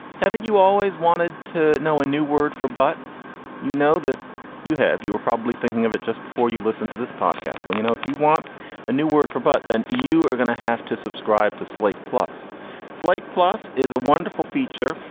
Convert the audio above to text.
haven't you always wanted to know a new word for but you know that you have. you were probably thinking of it just before you listen to this podcast. well, you know, if you want a new word for, but then you are gonna have to subscribe to slate. plus slate plus is a wonderful feature.